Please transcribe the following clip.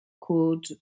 called